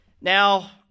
Now